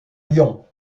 yon